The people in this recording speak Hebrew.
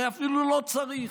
הרי אפילו לא צריך.